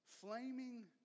flaming